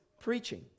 preaching